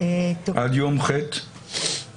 כאן אנחנו נצביע.